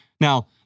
Now